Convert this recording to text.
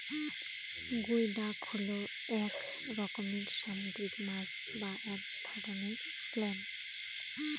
গুই ডাক হল এক রকমের সামুদ্রিক মাছ বা এক ধরনের ক্ল্যাম